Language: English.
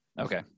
Okay